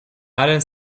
allen